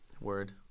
word